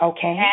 Okay